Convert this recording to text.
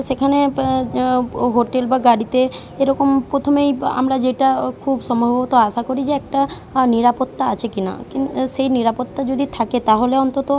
সেখানে ও হোটেল বা গাড়িতে এরকম প্রথমেই আমরা যেটা ও খুব সম্ভবত আশা করি যে একটা নিরাপত্তা আছে কি না কিন সেই নিরাপত্তা যদি থাকে তাহলে অন্তত